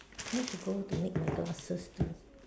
need to go to make my glasses to